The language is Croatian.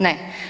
Ne.